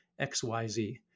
xyz